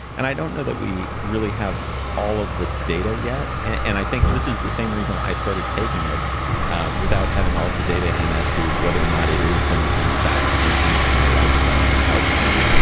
and i don't know that we really have all of the data yet and i think. this is the same reason i started taking it without having all of the data in as to whether or not it is going to, in fact, enhance my lifespan and health span.